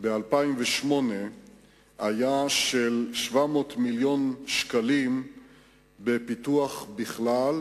ב-2008 היה 700 מיליון שקלים בפיתוח בכלל,